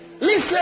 Listen